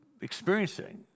experiencing